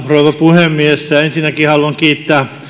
puhemies ensinnäkin haluan kiittää